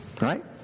Right